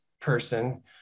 person